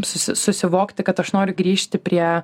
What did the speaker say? susi susivokti kad aš noriu grįžti prie